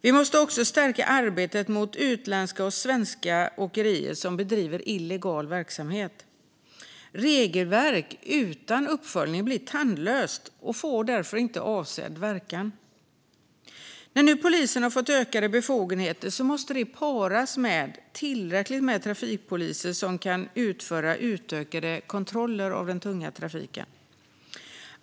Vi måste också stärka arbetet mot utländska och svenska åkerier som bedriver illegal verksamhet. Regelverk utan uppföljning blir tandlösa och får därför inte avsedd verkan. När nu polisen har fått ökade befogenheter måste det paras med tillräckligt med trafikpoliser som kan utföra utökade kontroller av den tunga trafiken.